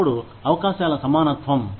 అప్పుడు అవకాశాల సమానత్వం